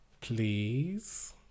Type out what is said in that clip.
Please